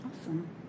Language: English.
Awesome